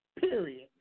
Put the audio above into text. period